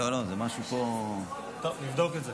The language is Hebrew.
לא, לא, זה משהו פה, נבדוק את זה.